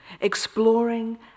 exploring